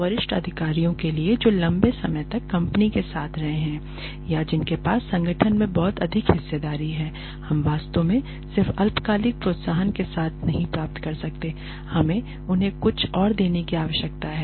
वरिष्ठ अधिकारियों के लिए जो लंबे समय तक कंपनी के साथ रहे हैं या जिनके पास संगठन में बहुत अधिक हिस्सेदारी है हम वास्तव में सिर्फ अल्पकालिक प्रोत्साहन के साथ नहीं प्राप्त कर सकते हैं हमें उन्हें कुछ और देने की आवश्यकता है